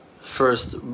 first